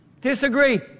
Disagree